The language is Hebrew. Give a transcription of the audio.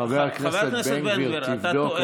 חבר הכנסת בן גביר, אתה טועה.